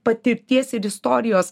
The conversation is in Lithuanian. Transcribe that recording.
patirties ir istorijos